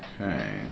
Okay